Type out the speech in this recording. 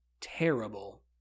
terrible